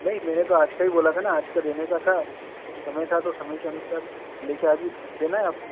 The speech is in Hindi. नहीं मैंने तो आज का ही बोला था ना आज का देने का था समय था तो समय के अनुसार लेके आके देना है आपको